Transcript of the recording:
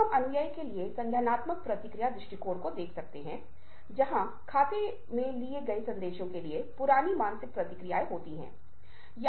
इसको मैंने 3 श्रेणियों के तहत विभिन्न विचारों को वर्गीकृत किया है पहला वर्ग है तैयारी कम बात करें और अधिक सुनें